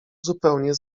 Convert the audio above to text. zupełnie